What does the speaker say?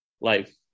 life